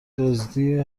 دزدی